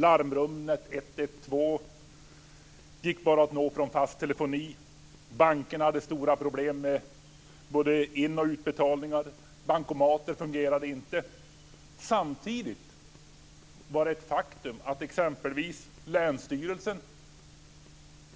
Larmnumret 112 gick bara att nå från fast telefoni. Bankerna hade stora problem med både in och utbetalningar. Bankomater fungerade inte. Samtidigt var det ett faktum att exempelvis länsstyrelsen